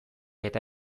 eta